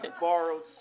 borrowed